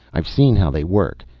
i've seen how they work.